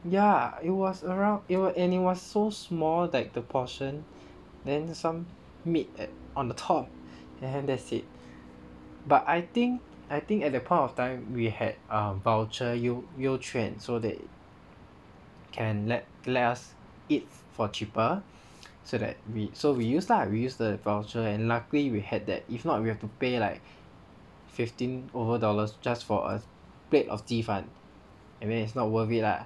yeah it was around it were and it was so small that the portion then some meat at on the top and then that's it but I think I think at that point of time we had a voucher so that can let let us eat for cheaper so that we so we use lah we use the voucher and luckily we had that if not we have to pay like fifteen over dollars just for a plate of 鸡饭 and then it's not worth it lah